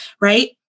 right